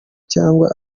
cyangwa